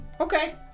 Okay